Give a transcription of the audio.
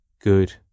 good